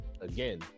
again